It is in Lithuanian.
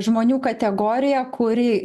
žmonių kategoriją kuri